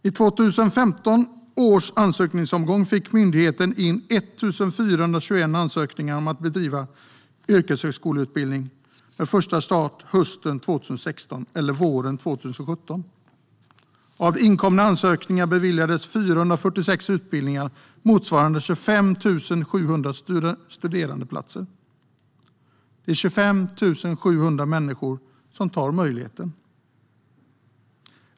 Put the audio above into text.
I 2015 års ansökningsomgång fick myndigheten in 1 421 ansökningar om att bedriva yrkeshögskoleutbildning med första start hösten 2016 eller våren 2017. Av de inkomna ansökningarna beviljades 446 utbildningar, vilket motsvarar 25 700 studerandeplatser. Detta skulle ge 25 700 människor tillfälle att ta möjligheten.